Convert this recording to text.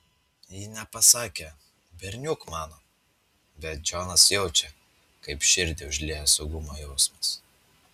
ji nepasakė berniuk mano bet džonas jaučia kaip širdį užlieja saugumo jausmas